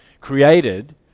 created